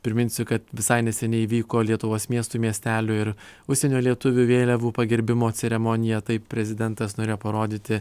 priminsiu kad visai neseniai įvyko lietuvos miestų miestelių ir užsienio lietuvių vėliavų pagerbimo ceremonija taip prezidentas norėjo parodyti